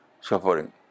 suffering